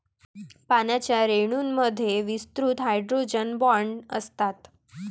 पाण्याच्या रेणूंमध्ये विस्तृत हायड्रोजन बॉण्ड असतात